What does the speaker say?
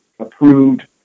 approved